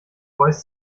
voice